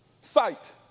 sight